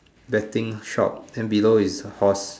betting shop then below is a horse